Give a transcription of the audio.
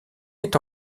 est